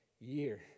year